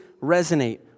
resonate